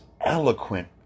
eloquent